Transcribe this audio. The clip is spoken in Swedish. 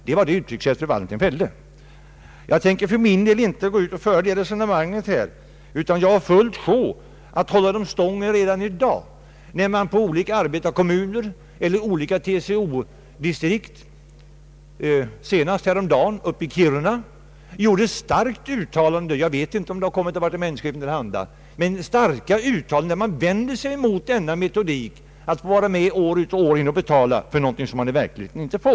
Det var det uttryck som fru Wallentheim använde. Jag tänker för min del inte gå ut och föra det resonemanget. Det är besvärligt att klara av dem redan i dag när man i olika arbetarkommuner och inom olika TCO-distrikt — senast häromdagen uppe i Kiruna — har gjort starka uttalanden, jag vet inte om de har kommit departementschefen till handa, där man har vänt sig mot metodiken att år efter år vara med om att betala för någonting som man i verkligheten inte får.